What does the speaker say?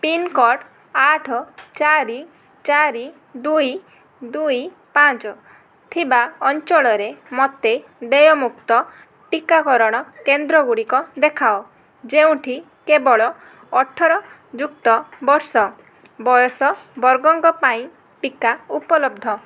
pincode ଆଠ ଚାରି ଚାରି ଦୁଇ ଦୁଇ ପାଞ୍ଚ ଥିବା ଅଞ୍ଚଳରେ ମୋତେ ଦେୟମୁକ୍ତ ଟିକାକରଣ କେନ୍ଦ୍ରଗୁଡ଼ିକ ଦେଖାଅ ଯେଉଁଠି କେବଳ ଅଠର ଯୁକ୍ତ ବର୍ଷ ବୟସ ବର୍ଗଙ୍କ ପାଇଁ ଟିକା ଉପଲବ୍ଧ